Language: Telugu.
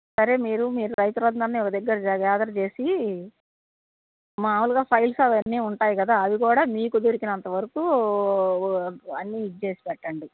సరే మీరు మీ రైతులు అందరిని ఒక దగ్గర గ్యాదర్ చేసి మామూలుగా ఫైల్స్ అవన్నీ ఉంటాయి కదా అవి కూడా మీకు దొరకనంత వరకు అన్నీ ఇచ్చేసి పెట్టండి